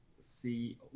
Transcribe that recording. see